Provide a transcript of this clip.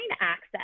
access